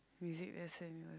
music lesson